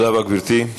תודה רבה, גברתי.